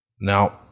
Now